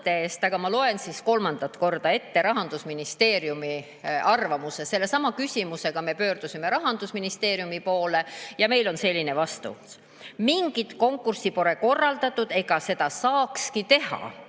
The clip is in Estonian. Aga ma loen siis kolmandat korda ette Rahandusministeeriumi arvamuse. Sellesama küsimusega me pöördusime Rahandusministeeriumi poole ja meil on selline vastus. "Mingit konkurssi pole korraldatud ega seda saakski teha.